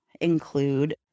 include